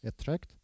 attract